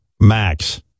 Max